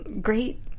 great